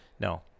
No